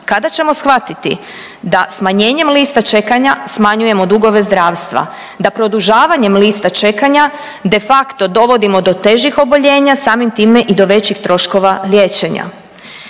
Kada ćemo shvatiti da smanjenjem lista čekanja smanjujemo dugove zdravstva, da produžavanjem lista čekanja de facto dovodimo do težih oboljenja, samim time i do većih troškova liječenja.